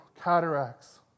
cataracts